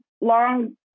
long